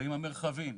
ועם המרחבים,